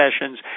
sessions